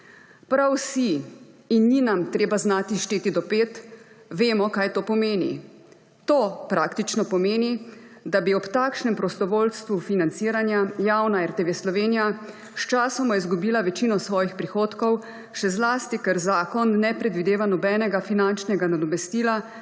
Prav vsi, in ni nam treba znati šteti do pet, vemo, kaj to pomeni. To praktično pomeni, da bi ob takšnem prostovoljstvu financiranja javna RTV Slovenija sčasoma izgubila večino svojih prihodkov, še zlasti, ker zakon ne predvideva nobenega finančnega nadomestila